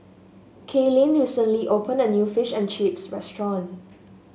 Kaylynn recently opened a new Fish and Chips restaurant